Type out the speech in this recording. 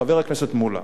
חבר הכנסת מולה,